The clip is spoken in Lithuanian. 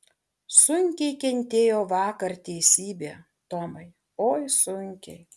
sunkiai kentėjo vakar teisybė tomai oi sunkiai